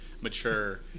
mature